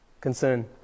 concern